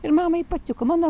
ir mamai patiko mano